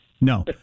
No